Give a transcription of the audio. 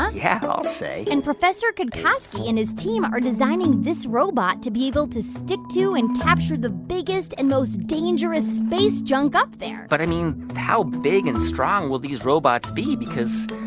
yeah, i'll say and professor cutkosky and his team are designing this robot to be able to stick to and capture the biggest and most dangerous space junk up there but, i mean, how big and strong will these robots be? because,